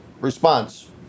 Response